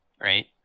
right